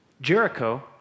Jericho